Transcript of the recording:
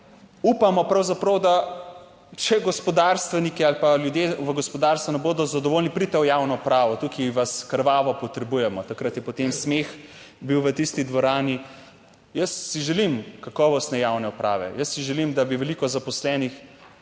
da če gospodarstveniki ali pa ljudje v gospodarstvu ne bodo zadovoljni, pridite v javno upravo, tukaj vas krvavo potrebujemo. Takrat je potem smeh bil v tisti dvorani. Jaz si želim kakovostne javne uprave. Jaz si želim, da bi veliko zaposlenih